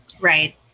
Right